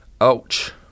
Ouch